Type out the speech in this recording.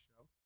show